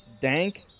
Dank